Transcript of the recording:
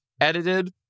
edited